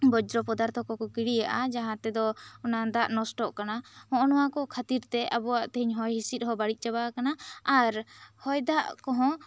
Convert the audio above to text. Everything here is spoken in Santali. ᱵᱚᱨᱡᱚ ᱯᱚᱫᱟᱨᱛᱷᱚ ᱠᱚᱠᱚ ᱜᱤᱲᱤᱭᱮᱫᱼᱟ ᱡᱟᱦᱟᱸ ᱛᱮᱫᱚ ᱚᱱᱟ ᱫᱟᱜ ᱱᱚᱥᱴᱚᱜ ᱠᱟᱱᱟ ᱱᱚᱦᱚᱸᱭ ᱱᱚᱣᱟ ᱠᱷᱟᱹᱛᱤᱨ ᱛᱮ ᱟᱵᱚᱣᱟᱜ ᱦᱚᱭ ᱦᱤᱸᱥᱤ ᱦᱚᱸ ᱵᱟᱹᱲᱤᱡ ᱪᱟᱵᱟᱣᱠᱟᱱᱟ ᱟᱨ ᱦᱚᱭ ᱫᱟᱜ ᱠᱚᱦᱚᱸ